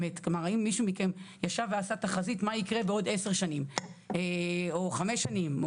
האם מישהו מכם עשה תחזית מה יקרה בעוד עשר שנים או חמש שנים?